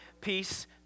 peace